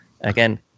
again